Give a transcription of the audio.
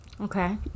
Okay